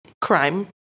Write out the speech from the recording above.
crime